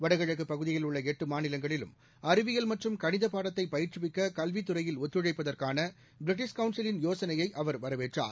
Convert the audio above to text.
வடகிழக்கு பகுதியில் உள்ள எட்டு மாநிலங்களிலும் அறிவியல் மற்றும் கணித பாடத்தை பயிற்றுவிக்க கல்வித்துறையில் ஒத்தழைப்புதற்கான பிரிட்டிஷ் கவுன்சிலின் யோசனையை அவர் வரவேற்றார்